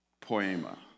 Poema